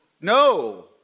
No